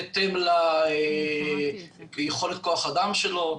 בהתאם ליכולת כוח האדם שלו,